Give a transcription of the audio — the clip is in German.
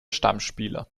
stammspieler